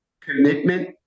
commitment